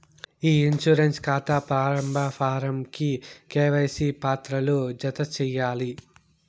ఇ insurance కాతా ప్రారంబ form కి కేవైసీ పత్రాలు జత చేయాలి